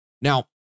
Now